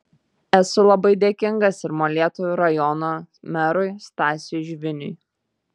esu labai dėkingas ir molėtų rajono merui stasiui žviniui